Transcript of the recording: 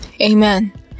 Amen